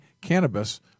cannabis